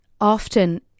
often